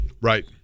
Right